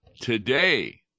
today